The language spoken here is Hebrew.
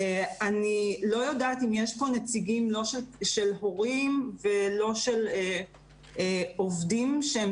אני לא יודעת אם יש פה נציגים של הורים ולא של עובדים שהם